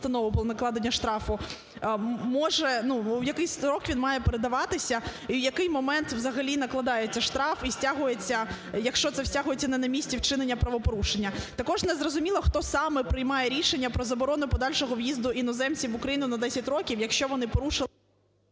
він має передаватися і в який момент взагалі накладається штраф і стягується, якщо це стягується не на місці вчинення правопорушення. Також незрозуміло, хто саме приймає рішення про заборону подальшого в'їзду іноземців в Україну на 10 років, якщо вони порушили…